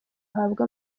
ahabwe